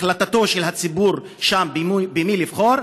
החלטתו של הציבור שם במי לבחור,